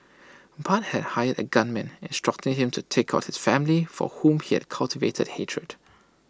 Bart had hired A gunman instructing him to take out his family for whom he had cultivated hatred